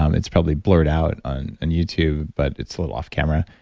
um it's probably blurred out on and youtube, but it's a little off camera,